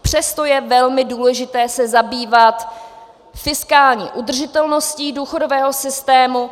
Přesto je velmi důležité se zabývat fiskální udržitelností důchodového systému.